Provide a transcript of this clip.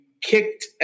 Kicked